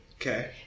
okay